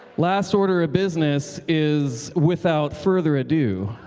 last order of business is without further ado.